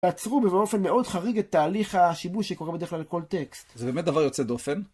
יעצרו ובאופן מאוד חריג את תהליך השיבוש שקורה בדרך כלל לכל טקסט. זה באמת דבר יוצא דופן.